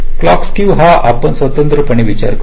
clock skew चा आपण स्वतंत्रपणे विचार करू